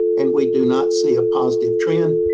and we do not see a positive trend.